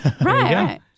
right